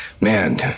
Man